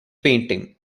painting